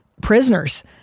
prisoners